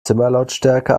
zimmerlautstärke